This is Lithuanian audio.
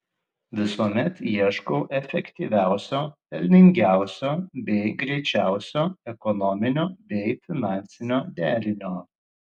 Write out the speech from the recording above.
visuomet ieškau efektyviausio pelningiausio bei greičiausio ekonominio bei finansinio derinio